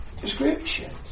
descriptions